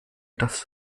das